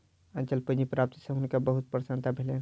अचल पूंजी प्राप्ति सॅ हुनका बहुत प्रसन्नता भेलैन